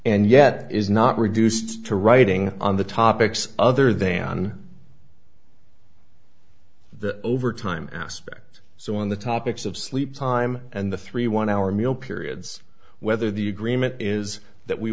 and yet is not reduced to writing on the topics other than the overtime aspect so on the topics of sleep time and the three one hour meal periods whether the agreement is that we